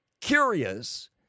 Curious